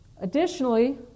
Additionally